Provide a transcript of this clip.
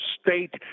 State